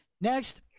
Next